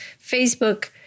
Facebook